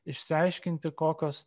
išsiaiškinti kokios